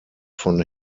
von